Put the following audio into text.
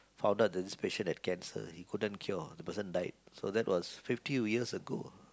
found out that this patient had cancer he couldn't cure that person died so that was fifty over years ago